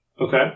Okay